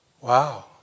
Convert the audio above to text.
Wow